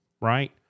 right